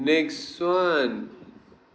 next one